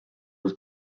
was